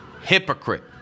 hypocrite